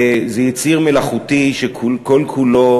זה יציר מלאכותי שכל כולו